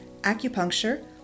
acupuncture